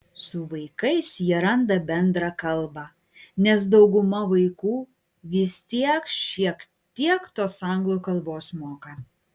su vaikais jie randa bendrą kalbą nes dauguma vaikų vis tiek šiek tiek tos anglų kalbos moka